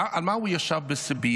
על מה הוא ישב בסיביר?